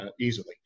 easily